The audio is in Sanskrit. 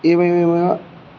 एवमेव